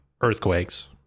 earthquakes